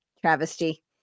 travesty